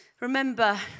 Remember